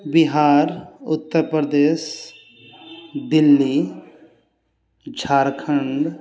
Bihar Uttar Pradesh Delhi Jharkhand